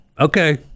okay